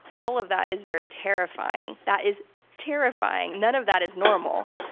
all of that is very terrifying. that is terrifying. none of that is normal.